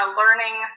learning